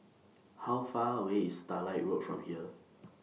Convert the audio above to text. How Far away IS Starlight Road from here